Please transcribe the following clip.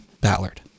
ballard